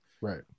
Right